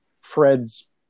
Fred's